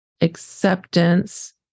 acceptance